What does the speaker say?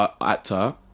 actor